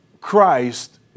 Christ